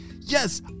yes